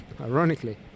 ironically